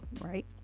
right